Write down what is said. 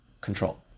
control